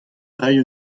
reiñ